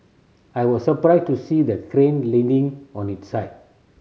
I was surprised to see the crane leaning on its side